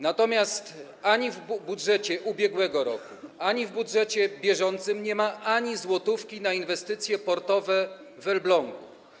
Natomiast ani w budżecie ubiegłego roku, ani w budżecie bieżącym nie ma ani złotówki na inwestycje portowe w Elblągu.